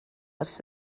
ers